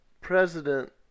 president